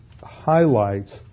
highlights